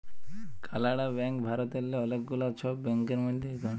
কালাড়া ব্যাংক ভারতেল্লে অলেক গুলা ছব ব্যাংকের মধ্যে ইকট